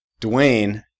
Dwayne